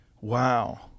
Wow